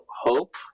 hope